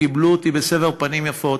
קיבל אותי בסבר פנים יפות.